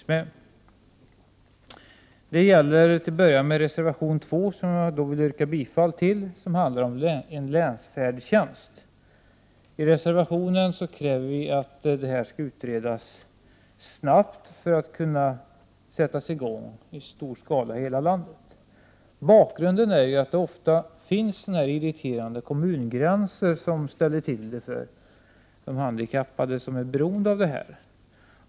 2 maj 1989 Till att börja med kan nämnas reservation 2 som jag yrkar bifall till. Reservationen handlar om en länsfärdtjänst. I reservationen kräver vi en snabbutredning för att det hela skall kunna sättas i gång i stor skala i hela landet. Bakgrunden är ju den att det ofta finns irriterande kommungränser som skapar problem för handikappade som är beroende av resorna.